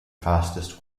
fastest